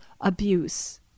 abuse